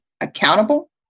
accountable